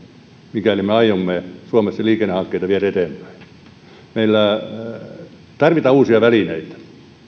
mikäli me aiomme suomessa liikennehankkeita viedä eteenpäin tarvitaan uusia välineitä